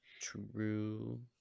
True